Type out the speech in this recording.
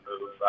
move